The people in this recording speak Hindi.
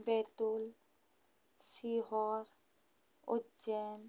बैतूल सीहौर उज्जैन